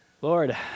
Lord